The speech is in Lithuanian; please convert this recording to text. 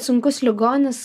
sunkus ligonis